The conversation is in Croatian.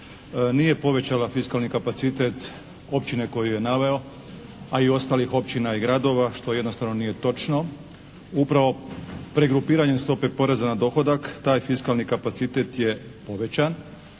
nije povećala fiskalni kapacitet općine koju je naveo a i ostalih općina i gradova što jednostavno nije točno. Upravo pregrupiranjem stope poreza na dohodak taj fiskalni kapacitet je povećan